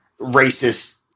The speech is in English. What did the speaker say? racist